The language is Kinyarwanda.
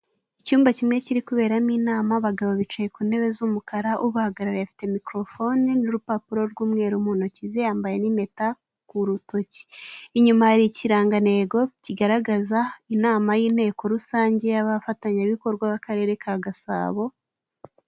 Icyumba kimwe kiri kuberamo inama abagabo bicaye ku ntebe z'umukara uba hagarariye afite microphone n'urupapuro rw'mweru mu ntoki ze, yambaye n' ipeta ku rutoki inyuma hari ikiranga ntego kigaragaza inama y'inteko rusange y'abafatanya bikorwa b'akarere ka gasabo.